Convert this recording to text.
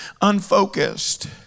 unfocused